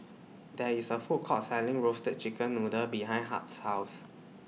There IS A Food Court Selling Roasted Chicken Noodle behind Hart's House